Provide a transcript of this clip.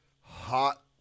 hot